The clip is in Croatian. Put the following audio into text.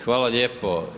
Hvala lijepo.